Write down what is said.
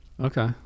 okay